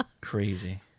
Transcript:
Crazy